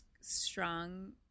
strong